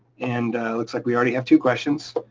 and like we already have two questions